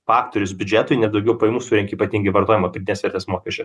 faktorius biudžetui ne daugiau pajamų surenki patingai vartojimo pridėtinės vertės mokesčio